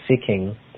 seeking